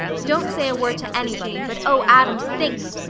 don't say a word to anybody, but oh, adam, think!